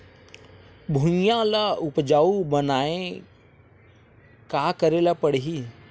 भुइयां ल उपजाऊ बनाये का करे ल पड़ही?